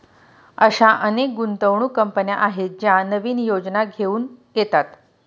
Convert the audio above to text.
अशा अनेक गुंतवणूक कंपन्या आहेत ज्या नवीन योजना घेऊन येतात